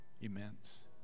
Immense